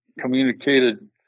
communicated